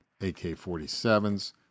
AK-47s